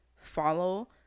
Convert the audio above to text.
follow